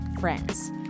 friends